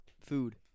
food